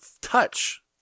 touch